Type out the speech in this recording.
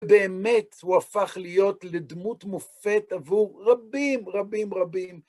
באמת, הוא הפך להיות לדמות מופת עבור רבים, רבים, רבים.